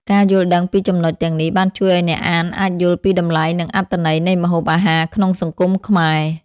ការយល់ដឹងពីចំណុចទាំងនេះបានជួយឲ្យអ្នកអានអាចយល់ពីតម្លៃ និងអត្ថន័យនៃម្ហូបអាហារក្នុងសង្គមខ្មែរ។